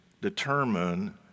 determine